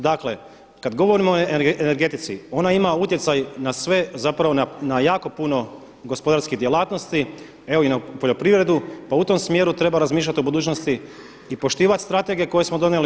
Dakle kada govorimo o energetici, ona ima utjecaj na sve zapravo na jako puno gospodarskih djelatnosti, evo i na poljoprivredu pa u tom smjeru treba razmišljati u budućnosti i poštivati strategije koje smo donijeli.